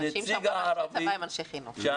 אנשים שהם --- אנשי צבא הם אנשי חינוך.